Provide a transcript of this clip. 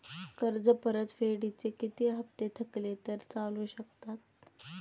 कर्ज परतफेडीचे किती हप्ते थकले तर चालू शकतात?